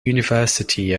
university